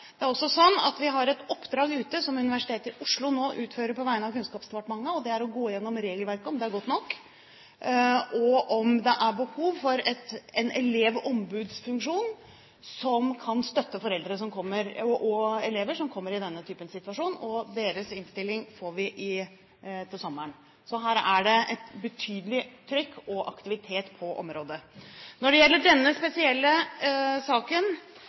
Det er også sånn at vi har et oppdrag ute, som Universitetet i Oslo nå utfører på vegne av Kunnskapsdepartementet, for å gå gjennom regelverket og se om det er godt nok, og om det er behov for en elevombudsfunksjon som kan støtte foreldre og elever som kommer i denne type situasjon. Deres innstilling får vi til sommeren. Så her er det betydelig trykk og aktivitet på området. Når det gjelder denne spesielle saken,